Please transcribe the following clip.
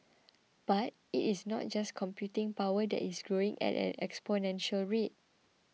but it is not just computing power that is growing at an exponential rate